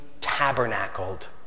tabernacled